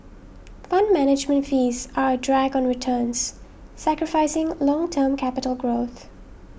fund management fees are a drag on returns sacrificing long term capital growth